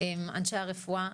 הם אנשי הרפואה,